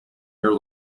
your